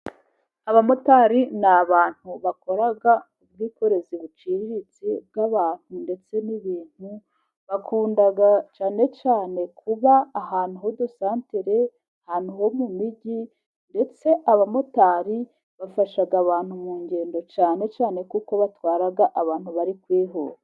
Abamotari ni abantu bakora ubwikorezi buciriritse bw'abantu ndetse n'ibintu. Bakunda cyane cyane kuba ahantu hudusantere, ahantu ho mu mijyi, ndetse abamotari bafasha abantu mu ngendo cyane cyane kuko batwara abantu bari kwihuta.